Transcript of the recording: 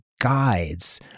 guides